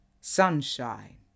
sunshine